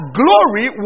glory